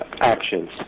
actions